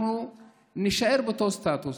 אנחנו נישאר באותו סטטוס.